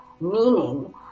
meaning